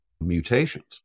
mutations